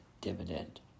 dividend